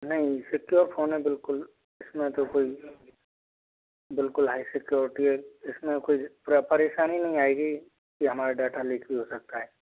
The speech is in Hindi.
नहीं सिक्योर फोन है बिल्कुल इसमें तो कोई बिल्कुल हाई सिक्युरिटी है इसमें कुछ परेशानी तो नहीं आएगी के हमारा डाटा लीक नहीं हो सकता है